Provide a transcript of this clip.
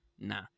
nah